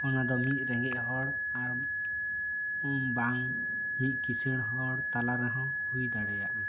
ᱚᱱᱟ ᱫᱚ ᱢᱤᱫ ᱨᱮᱸᱜᱮᱡ ᱦᱚᱲ ᱟᱨ ᱵᱟᱝ ᱢᱤᱫ ᱠᱤᱥᱟᱹᱬ ᱦᱚᱲ ᱛᱟᱞᱟ ᱨᱮᱦᱚᱸ ᱦᱩᱭ ᱫᱟᱲᱮᱭᱟᱜᱼᱟ